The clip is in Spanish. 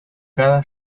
cada